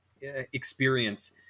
experience